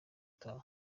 utaha